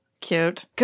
cute